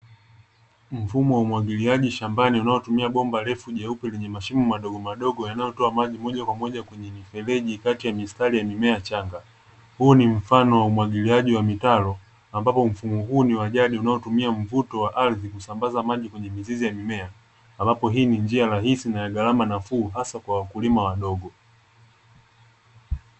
Mfumo wa umwagiliaji shambani unaotumia bomba refu jeupe lenye mashimo madogo madogo yanayotoa maji moja kwa moja kwenye mifereji kati ya mistari ya mimea changa; huu ni mfano wa umwagiliaji wa mitaro, ambapo mfumo huu ni wa jadi unaotumia mvuto wa ardhi kusambaza maji kwenye mizizi ya mimea, ambapo hii ni njia rahisi na ya gharama nafuu, hasa kwa wakulima wadogo.